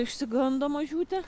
išsigando močiutė